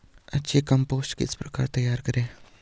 अच्छी कम्पोस्ट किस प्रकार तैयार करें?